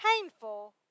painful